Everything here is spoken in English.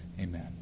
Amen